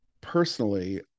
personally